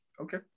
Okay